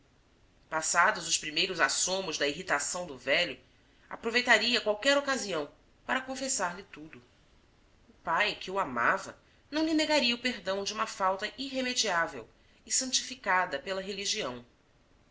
passados os primeiros assomos da irritação do velho aproveitaria qualquer ocasião para confessar-lhe tudo o pai que o amava não lhe negaria o perdão de uma falta irremediável e santificada pela religião